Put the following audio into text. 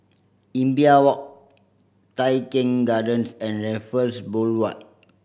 Imbiah Walk Tai Keng Gardens and Raffles Boulevard